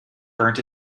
burnt